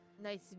Nice